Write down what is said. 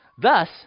Thus